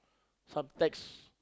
some tax